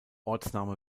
ortsname